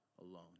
alone